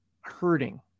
hurting